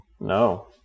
no